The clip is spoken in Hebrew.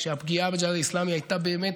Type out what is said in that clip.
כשהפגיעה בג'יהאד האסלאמי הייתה באמת,